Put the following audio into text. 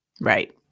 Right